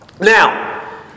Now